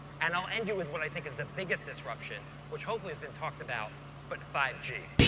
and i'll end you with what i think is the biggest disruption, which hopefully has been talked about but five g.